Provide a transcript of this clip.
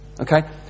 okay